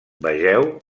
vegeu